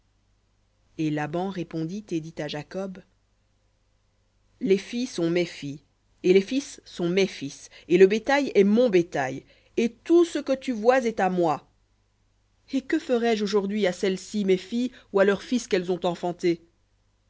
et laban répondit et dit à jacob les filles sont mes filles et les fils sont mes fils et le bétail est mon bétail et tout ce que tu vois est à moi et que ferais-je aujourd'hui à celles-ci mes filles ou à leurs fils qu'elles ont enfantés